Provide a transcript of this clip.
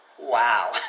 Wow